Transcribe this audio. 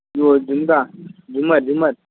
वो जिंदा झूमर झूमर